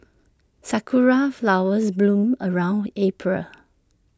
Sakura Flowers bloom around April